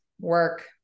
work